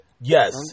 yes